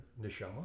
Nishama